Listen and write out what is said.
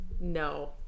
No